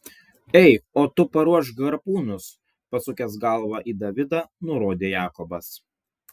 ei o tu paruošk harpūnus pasukęs galvą į davidą nurodė jakobas